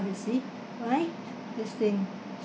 you see right these thing